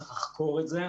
צריך לחקור את זה.